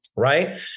right